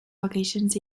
locations